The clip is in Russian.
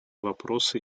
вопросы